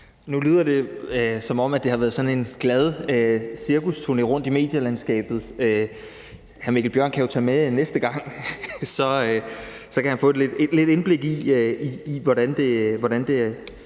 Nu lyder det, som om det har været sådan en glad cirkusturné rundt i medielandskabet. Hr. Mikkel Bjørn kan jo tage med næste gang, og så kan han få et indblik i, hvordan det